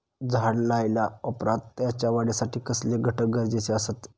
झाड लायल्या ओप्रात त्याच्या वाढीसाठी कसले घटक गरजेचे असत?